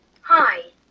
Hi